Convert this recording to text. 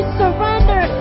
surrender